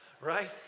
right